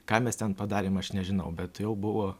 ką mes ten padarėm aš nežinau bet jau buvo